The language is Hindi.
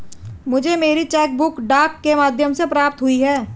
मुझे मेरी चेक बुक डाक के माध्यम से प्राप्त हुई है